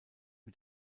mit